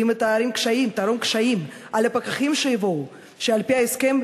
ואם היא תערים קשיים על הפקחים שיבואו ועל-פי ההסכם